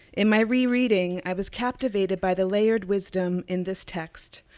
in my re-reading, i was captivated by the layered wisdom in this text,